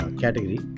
category